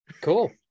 cool